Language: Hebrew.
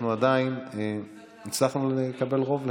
אנחנו עדיין הצלחנו לקבל רוב לכך.